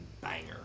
banger